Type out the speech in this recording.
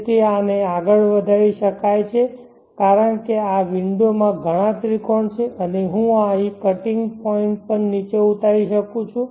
તેથી આને આગળ વધારી શકાય છે કારણ કે આ વિંડોમાં ઘણા ત્રિકોણ છે અને હું અહીં કટીંગ પોઇન્ટ પણ નીચે ઉતારી શકું છું